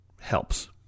helps